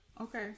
Okay